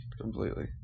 Completely